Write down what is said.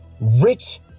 rich